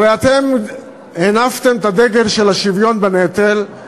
הרי אתם הנפתם את הדגל של השוויון בנטל,